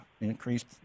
increased